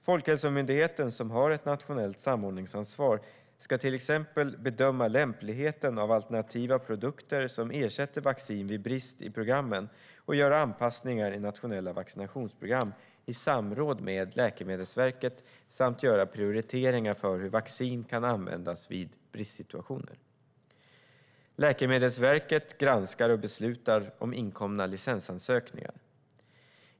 Folkhälsomyndigheten, som har ett nationellt samordningsansvar, ska till exempel bedöma lämpligheten för alternativa produkter som ersätter vaccin vid brist i programmen och göra anpassningar i nationella vaccinationsprogram i samråd med Läkemedelsverket samt göra prioriteringar för hur vaccin kan användas vid bristsituationer. Läkemedelsverket granskar och beslutar om inkomna licensansökningar.